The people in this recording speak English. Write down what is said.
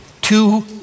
two